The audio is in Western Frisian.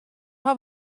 har